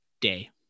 day